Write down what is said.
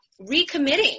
recommitting